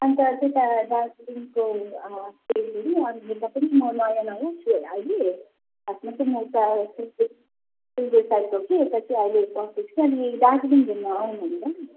अन्त त्यता दार्जिलिङको म नयाँ नयाँ छु होइन अहिले खासमा चाहिँ म उता सिलगढी सिलगढी साइटको कि यता चाहिँ अहिले बस्दैछु कि अनि दार्जिलिङ घुम्न आउँ भनेर नि